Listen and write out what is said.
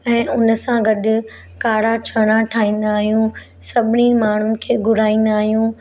ऐं उनसां गॾु कारा चणा ठाहींदा आहियूं सभिनी माण्हुनि खे घुराईंदा आहियूं